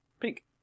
Pink